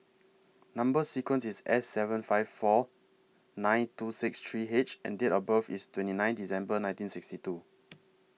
Number sequence IS S seven five four nine two six three H and Date of birth IS twenty nine December nineteen sixty two